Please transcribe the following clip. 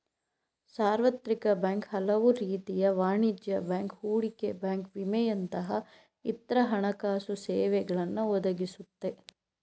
ಸಾರ್ವತ್ರಿಕ ಬ್ಯಾಂಕ್ ಹಲವುರೀತಿಯ ವಾಣಿಜ್ಯ ಬ್ಯಾಂಕ್, ಹೂಡಿಕೆ ಬ್ಯಾಂಕ್ ವಿಮೆಯಂತಹ ಇತ್ರ ಹಣಕಾಸುಸೇವೆಗಳನ್ನ ಒದಗಿಸುತ್ತೆ